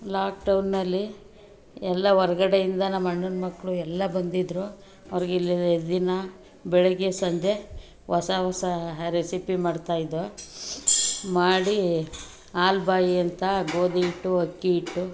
ಲಾಕ್ಡೌನ್ನಲ್ಲಿ ಎಲ್ಲ ಹೊರ್ಗಡೆಯಿಂದ ನಮ್ಮ ಅಣ್ಣನ ಮಕ್ಕಳು ಎಲ್ಲ ಬಂದಿದ್ದರು ಅವ್ರ್ಗೆ ಇಲ್ಲ ದಿನ ಬೆಳಗ್ಗೆ ಸಂಜೆ ಹೊಸ ಹೊಸ ರೆಸಿಪಿ ಮಾಡ್ತಾಯಿದ್ದೋ ಮಾಡಿ ಹಾಲು ಬಾಯಿ ಅಂತ ಗೋಧಿ ಇಟ್ಟು ಅಕ್ಕಿ ಇಟ್ಟು